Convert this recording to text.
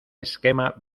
esquema